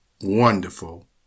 wonderful